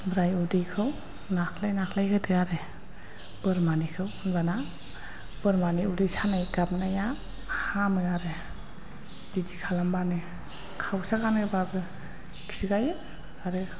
ओमफ्राय उदैखौ नाख्लाय नाख्लाय होदो आरो बोरमानिखौ होनब्लाना बोरमानि उदै सानाय गाबनाया हामो आरो बिदि खालामबानो खावसा गानोबाबो खिगायो आरो